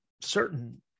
certain